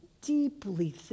deeply